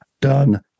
done